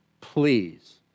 please